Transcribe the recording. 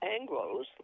Anglo's